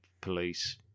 police